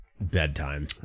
bedtime